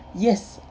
yes